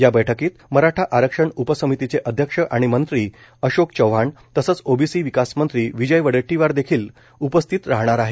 या बैठकीत मराठा आरक्षण उपसमितीचे अध्यक्ष आणि मंत्री अशोक चव्हाण तसंच ओबीसी विकास मंत्री विजय वडेट्टीवार देखील उपस्थित राहणार आहेत